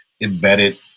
embedded